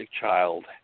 child